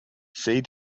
see